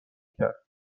کرد